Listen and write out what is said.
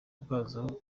bwazo